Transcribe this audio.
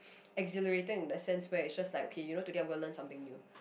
accelerating in the sense where it just like okay you know today I'm gonna learn something new